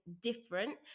different